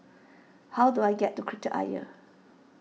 how do I get to Kreta Ayer